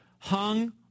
hung